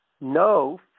no